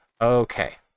Okay